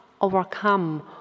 overcome